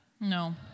No